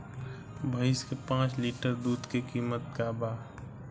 भईस के पांच लीटर दुध के कीमत का बा?